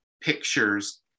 pictures